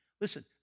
listen